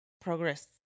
progress